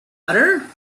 butter